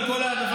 על כל העדפה,